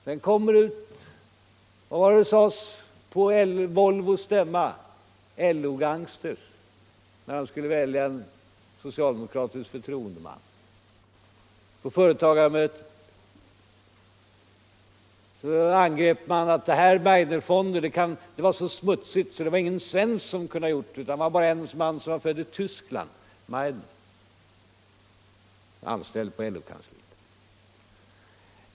Och vad var det som sades om LO-gangster på Volvos stämma när man skulle välja en socialdemokratisk förtroendeman? På ett företagarmöte angreps Meidnerfonden därför att den skulle vara någonting så smutsigt att ingen svensk kunde ha hittat på den, utan det måste ha varit en man som var född i Tyskland — nämligen Meidner, anställd på LO-kansliet.